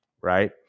right